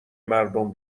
مردم